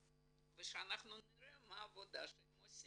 ושאנחנו נראה מה העבודה שהם עושים.